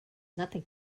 nothing